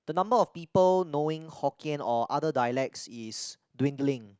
the number of people knowing Hokkien or other dialects is dwindling